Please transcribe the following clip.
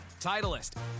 Titleist